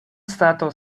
stato